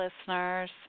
listeners